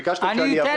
ביקשתם שאני אבוא.